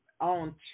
on